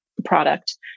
product